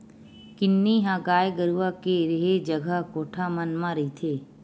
किन्नी ह गाय गरुवा के रेहे जगा कोठा मन म रहिथे